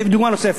דוגמה נוספת,